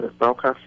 Okay